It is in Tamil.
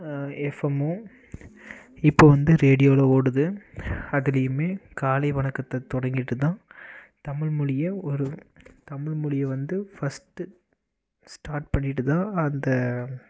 எஃப்எம்மு இப்போ வந்து ரேடியோவில் ஓடுது அதுலியுமே காலை வணக்கத்தை தொடங்கிவிட்டு தான் தமிழ் மொழியை ஒரு தமிழ் மொழியை வந்து ஃபஸ்ட்டு ஸ்டார்ட் பண்ணிவிட்டு தான் அந்த